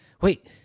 Wait